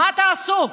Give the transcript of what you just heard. מה תעשו?